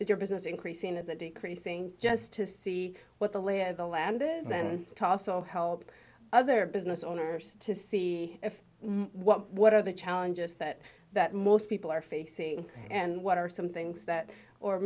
is your business increasing as a decreasing just to see what the lay of the land is then toss so help other business owners to see if what what are the challenges that that most people are facing and what are some things that or